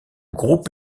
groupe